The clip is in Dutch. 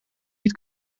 niet